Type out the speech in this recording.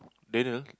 Daniel